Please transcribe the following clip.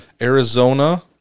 Arizona